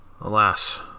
Alas